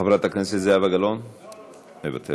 חברת הכנסת זהבה גלאון, מוותרת,